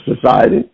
society